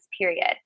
period